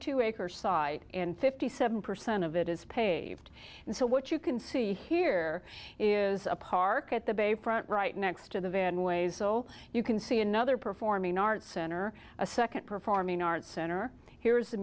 two acre site and fifty seven percent of it is paved and so what you can see here is a park at the bay front right next to the van ways so you can see another performing arts center a second performing arts center here